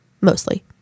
mostly